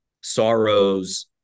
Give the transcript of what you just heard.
sorrows